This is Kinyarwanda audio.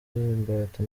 imbata